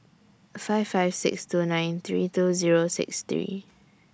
five five six two nine three two Zero six three